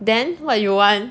then what you want